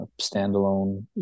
standalone